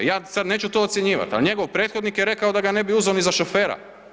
Ja sad neću to ocjenjivati, ali njegov prethodnik je rekao da ga ne bi uzeo ni za šofera.